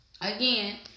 Again